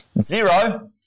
Zero